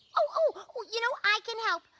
oh, oh you know, i can help.